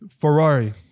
Ferrari